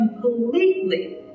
completely